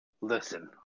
Listen